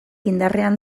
indarrean